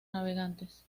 navegantes